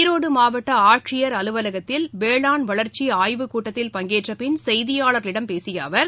ஈரோடு மாவட்ட ஆட்சியர் அலுவலகத்தில் வேளாண் வளர்ச்சி ஆய்வுக் கூட்டத்தில் பங்கேற்ற பின் செய்தியாளர்களிடம் பேசிய அவர்